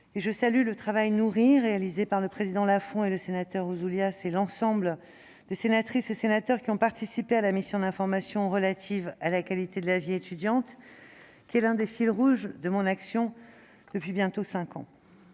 Je salue le travail nourri réalisé par le président Lafon, le sénateur Ouzoulias et l'ensemble des sénatrices et sénateurs qui ont participé à la mission d'information « Conditions de la vie étudiante en France », un sujet qui est l'un des fils rouges de mon action depuis bientôt cinq ans.